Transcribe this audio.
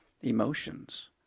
emotions